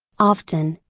often,